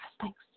Thanks